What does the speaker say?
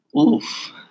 Oof